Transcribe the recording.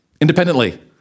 independently